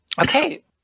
Okay